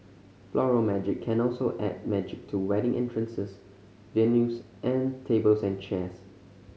Floral Magic can also add magic to wedding entrances venues and tables and chairs